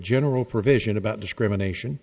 general provision about discrimination